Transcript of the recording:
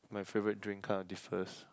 my favourite drink kind of differs